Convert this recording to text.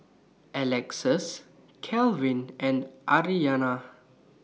Alexus Calvin and Aryanna